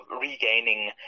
regaining